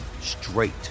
straight